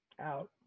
out